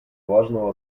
важного